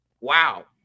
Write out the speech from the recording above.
wow